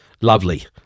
lovely